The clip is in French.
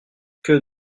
que